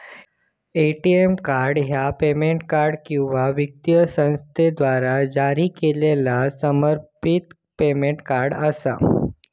ATM card ह्या payment card किंवा वित्तीय संस्थेद्वारा जारी केलेला समर्पित पेमेंट कार्ड असा